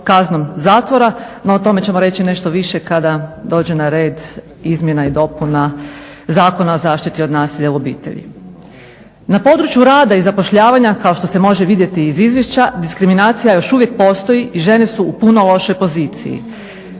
kaznom zatvora, no o tome ćemo reći nešto više kada dođe na red izmjena i dopuna Zakona o zaštiti od nasilja u obitelji. Na području rada i zapošljavanja kao što se može vidjeti iz izvješća, diskriminacija još uvijek postoji i žene su u puno lošijoj poziciji.